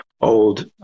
old